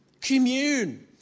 Commune